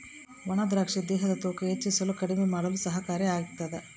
ಒಣ ದ್ರಾಕ್ಷಿ ದೇಹದ ತೂಕ ಹೆಚ್ಚಿಸಲು ಕಡಿಮೆ ಮಾಡಲು ಸಹಕಾರಿ ಆಗ್ತಾದ